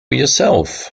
yourself